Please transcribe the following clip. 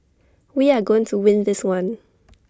we are going to win this one